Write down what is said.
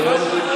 זהו?